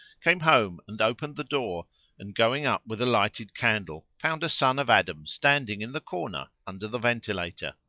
came home and opened the door and, going up with a lighted candle, found a son of adam standing in the corner under the ventilator.